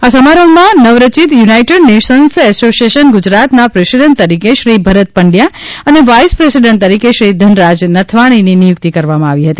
આ સમારોહમાં નવરચિત યુનાઇટેડ નેશન્સ એસોશિએશન ગુજરાતના પ્રેસિડેન્ટ તરીકે શ્રી ભરત પંડ્યા અને વાઇસ પ્રેસિડેન્ટ તરીકે શ્રી ધનરાજ નથવાણીની નિયુક્તિ કરવામાં આવી હતી